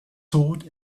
sword